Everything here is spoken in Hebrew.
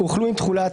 הוחלו עם תחולה עתידית: